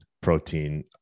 protein